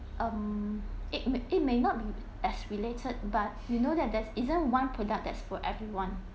um it it may not be as related but you know that there's isn't one product that's for everyone